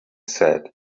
said